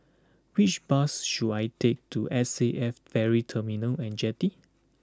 which bus should I take to S A F Ferry Terminal and Jetty